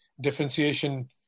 differentiation